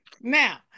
now